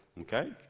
okay